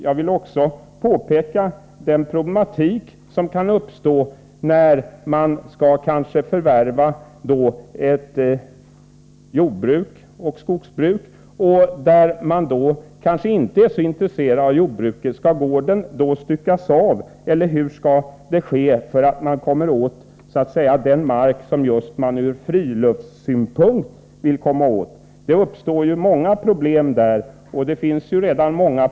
Jag vill fästa uppmärksamheten på den problematik som kan uppstå vid ett eventuellt förvärv av ett jordoch skogsbruk. Man kanske inte är särskilt intresserad av just jordbruk. Skall gården då styckas av, eller hur skall man göra för att komma åt marken så att säga just från friluftssynpunkt? Det finns mycket som är problematiskt i detta sammanhang.